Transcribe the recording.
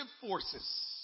forces